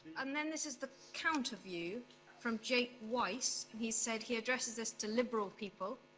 and then this is the counter view from jake weiss. he said he addresses this to liberal people.